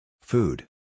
Food